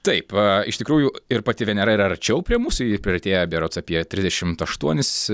taip iš tikrųjų ir pati venera yra arčiau prie mūsų ji priartėja berods apie trisdešimt aštuonis